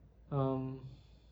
um